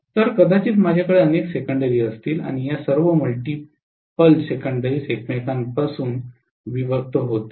तर कदाचित माझ्याकडे अनेक सेकंडरी असतील आणि या सर्व मल्टिपल सेकंडरीज एकमेकांपासून विभक्त होतील